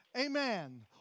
Amen